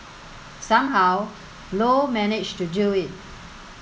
somehow Low managed to do it